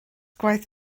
gwaith